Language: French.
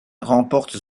remporte